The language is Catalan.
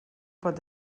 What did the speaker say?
pot